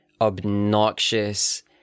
obnoxious